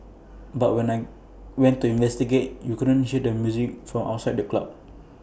but when I went to investigate you couldn't hear the music from outside the club